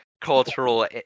cultural